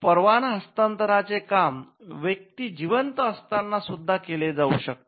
परवाना हस्तांतरचे काम व्यक्ती जिवंत असताना सुद्धा केले जाऊ शकते